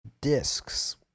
discs